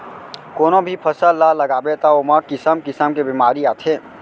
कोनो भी फसल ल लगाबे त ओमा किसम किसम के बेमारी आथे